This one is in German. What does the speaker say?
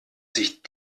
sich